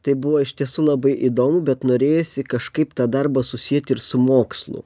tai buvo iš tiesų labai įdomu bet norėjosi kažkaip tą darbą susieti ir su mokslu